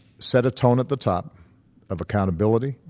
set a tone at the top of accountability,